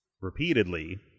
repeatedly